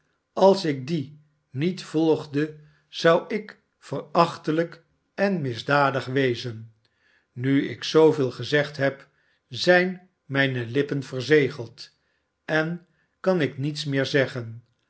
als ik dien nietvolgde zou ik verachtelijk en misdadig wezen nu ik zooveel gezegd heb zijn mijne lippen verzegeld en kan ik niets meer zeggen